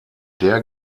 der